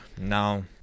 Now